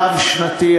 רב-שנתית,